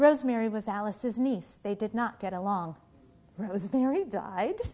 rosemary was alice is nice they did not get along rosemary died